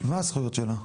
ומהן הזכויות שלה?